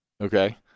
Okay